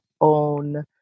own